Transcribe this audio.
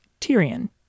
Tyrion